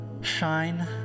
shine